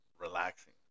relaxing